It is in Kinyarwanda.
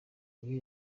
iyo